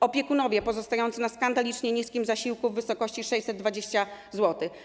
Opiekunowie pozostający na skandalicznie niskim zasiłku w wysokości 620 zł.